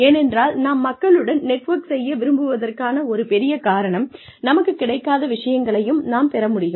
ஏனென்றால் நாம் மக்களுடன் நெட்வொர்க் செய்ய விரும்புவதற்கான ஒரு பெரிய காரணம் நமக்குக் கிடைக்காத விஷயங்களையும் நாம் பெற முடியும்